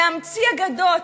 להמציא אגדות,